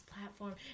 platform